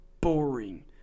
boring